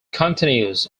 continues